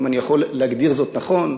אם אני יכול להגדיר זאת נכון,